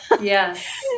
Yes